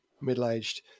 middle-aged